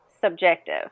subjective